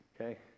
Okay